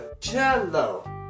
cello